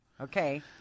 Okay